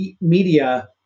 media